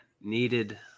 needed